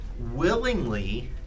willingly